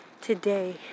today